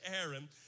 Aaron